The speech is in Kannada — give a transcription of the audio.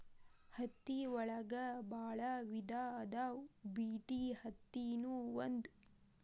ಹತ್ತಿ ಒಳಗ ಬಾಳ ವಿಧಾ ಅದಾವ ಬಿಟಿ ಅತ್ತಿ ನು ಒಂದ